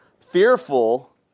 fearful